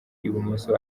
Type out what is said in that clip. ibumoso